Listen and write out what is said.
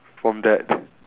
from that